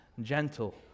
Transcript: gentle